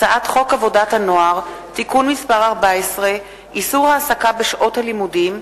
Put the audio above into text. הצעת חוק עבודת הנוער (תיקון מס' 14) (איסור העסקה בשעות הלימודים),